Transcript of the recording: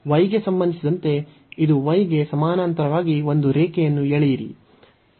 y ಗೆ ಸಂಬಂಧಿಸಿದಂತೆ ಇದು y ಗೆ ಸಮಾನಾಂತರವಾಗಿ ಒಂದು ರೇಖೆಯನ್ನು ಎಳೆಯಿರಿ